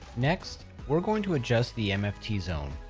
next we're going to adjust the mft zone.